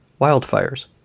Wildfires